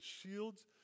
shields